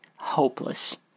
hopeless